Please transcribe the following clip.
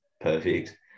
perfect